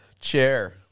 chair